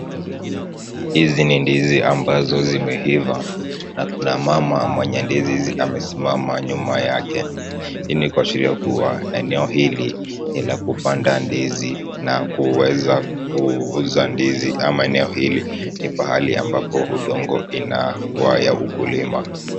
Hizi ni ndizi ambazo zimeiva na kuna mama mwenye ndizi hizi amesimama nyuma yake. Hii ni kuashiria kuwa eneo hili ni la kupanda ndizi na kuweza kuuza ndizi ama eneo hili ni pahali ambapo udongo inakuwa ya ukulima.